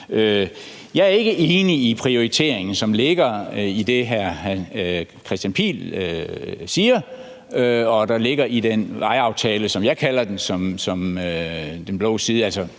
Jeg er ikke enig i den prioritering, som ligger i det, hr. Kristian Pihl Lorentzen siger, og som ligger i den vejaftale – som jeg kalder den – som den blå blok,